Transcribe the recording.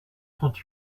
trente